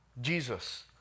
Jesus